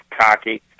cocky